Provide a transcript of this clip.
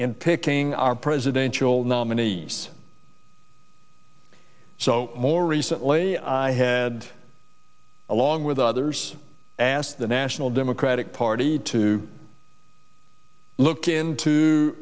in picking our presidential nominees so more recently i had along with others asked the national democratic party to look into